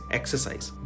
exercise